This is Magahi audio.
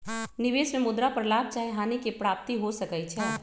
निवेश में मुद्रा पर लाभ चाहे हानि के प्राप्ति हो सकइ छै